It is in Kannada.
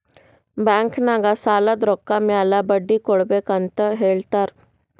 ಬ್ಯಾಂಕ್ ನಾಗ್ ಸಾಲದ್ ರೊಕ್ಕ ಮ್ಯಾಲ ಬಡ್ಡಿ ಕೊಡ್ಬೇಕ್ ಅಂತ್ ಹೇಳ್ತಾರ್